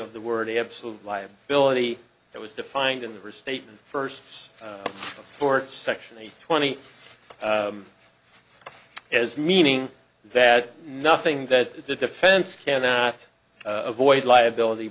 of the word absolute liability that was defined in the restatement firsts sports section eight twenty as meaning that nothing that the defense cannot avoid liability